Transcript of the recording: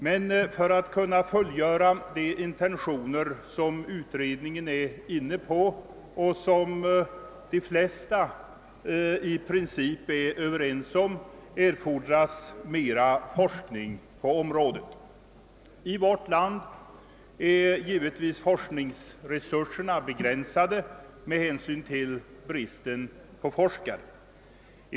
Men för att kunna fullfölja utredningens intentioner, som de flesta i princip är överens om, erfordras mera forskning. I Sverige är givetvis forskningsresurserna begränsade på grund av bristen på forskare.